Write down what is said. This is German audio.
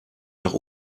nach